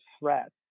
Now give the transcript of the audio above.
threat